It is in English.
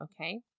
Okay